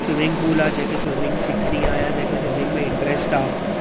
swimming pool आहे जेके swimmings सिखिणी आहे या जेके स्वीमिंग में इंटरेस्ट आहे